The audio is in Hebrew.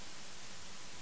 מג'די.